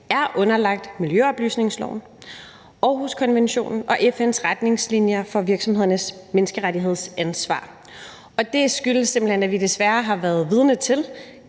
er underlagt miljøoplysningsloven, Århuskonventionen og FN's retningslinjer for virksomhedernes menneskerettighedsansvar. Det skyldes simpelt hen, at vi talrige gange desværre har været vidne til,